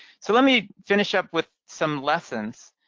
so let me finish up with some lessons.